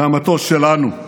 זה המטוס שלנו.